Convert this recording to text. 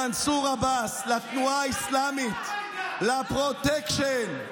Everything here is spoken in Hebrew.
למנסור עבאס, לתנועה האסלאמית, לפרוטקשן,